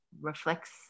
reflects